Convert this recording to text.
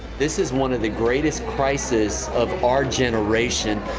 this is one of the greatest crisis of our generation,